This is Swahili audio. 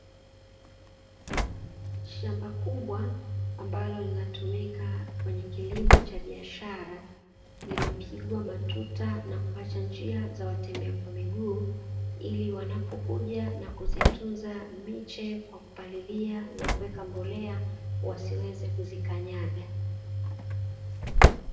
Shamba kubwa ambalo linatumika kwenye kilimo cha biashara limepigwa matuta na kuacha njia za watembea kwa miguu, ili wanapokuja na kuzitunza miche kwa kupalilia na kuweka mbolea, wasiweze kuzikanyaga.